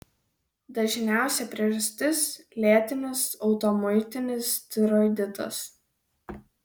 dažniausia priežastis lėtinis autoimuninis tiroiditas